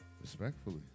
Respectfully